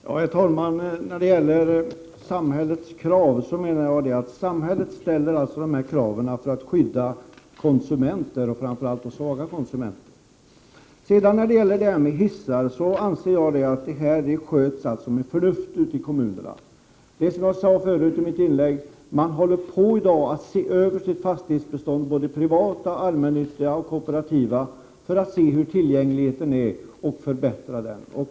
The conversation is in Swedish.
Herr talman! Samhället ställer dessa krav för att skydda konsumenterna, framför allt svaga konsumenter. Frågan om installation av hissar sköts med förnuft ute i kommunerna. Som jag sade tidigare håller de privata, allmännyttiga och kooperativa fastighetsägarna på att se över sitt fastighetsbestånd för att ta reda på hur det förhåller sig med tillgängligheten och för att kunna förbättra den.